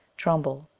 trumbull,